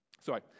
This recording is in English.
sorry